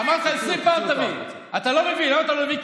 תוציאו